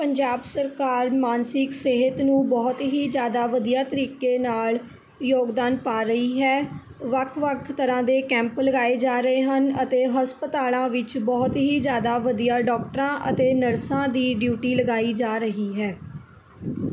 ਪੰਜਾਬ ਸਰਕਾਰ ਮਾਨਸਿਕ ਸਿਹਤ ਨੂੰ ਬਹੁਤ ਹੀ ਜ਼ਿਆਦਾ ਵਧੀਆ ਤਰੀਕੇ ਨਾਲ਼ ਯੋਗਦਾਨ ਪਾ ਰਹੀ ਹੈ ਵੱਖ ਵੱਖ ਤਰ੍ਹਾਂ ਦੇ ਕੈਂਪ ਲਗਾਏ ਜਾ ਰਹੇ ਹਨ ਅਤੇ ਹਸਪਤਾਲਾਂ ਵਿੱਚ ਬਹੁਤ ਹੀ ਜ਼ਿਆਦਾ ਵਧੀਆ ਡੋਕਟਰਾਂ ਅਤੇ ਨਰਸਾਂ ਦੀ ਡਿਊਟੀ ਲਗਾਈ ਜਾ ਰਹੀ ਹੈ